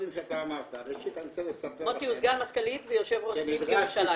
--- מוטי הוא סגן מזכ"לית ויושב ראש סניף ירושלים.